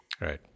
Right